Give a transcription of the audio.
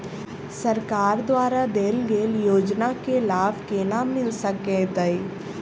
सरकार द्वारा देल गेल योजना केँ लाभ केना मिल सकेंत अई?